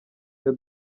cyo